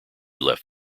left